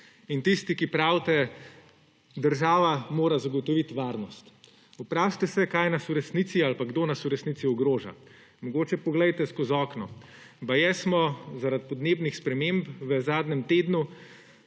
Tisti, ki pravite, da država mora zagotoviti varnost, vprašajte se, kaj nas v resnici ali pa kdo nas v resnici ogroža. Mogoče poglejte skozi okno. Baje smo zaradi podnebnih sprememb v zadnjem tednu